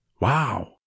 Wow